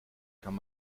kann